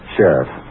Sheriff